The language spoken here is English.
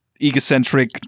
egocentric